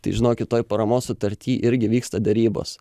tai žinokit toj paramos sutarty irgi vyksta derybos